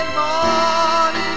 morning